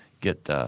get